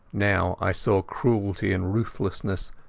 now i saw cruelty and ruthlessness,